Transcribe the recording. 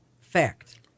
fact